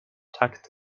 tucked